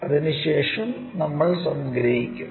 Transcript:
അതിനുശേഷം നമ്മൾ സംഗ്രഹിക്കും